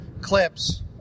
clips